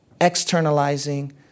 externalizing